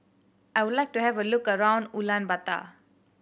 I would like to have a look around Ulaanbaatar